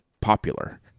popular